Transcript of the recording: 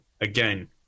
again